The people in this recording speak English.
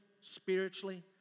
spiritually